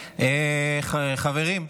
חברים.